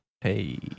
Hey